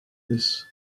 this